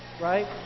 right